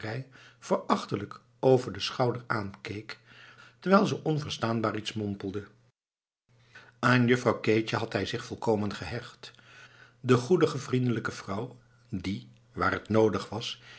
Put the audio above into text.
verachtelijk over den schouder aankeek terwijl ze onverstaanbaar iets mompelde aan juffrouw keetje had hij zich volkomen gehecht de goedige vriendelijke vrouw die waar het noodig was